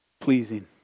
pleasing